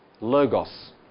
logos